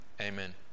Amen